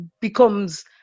becomes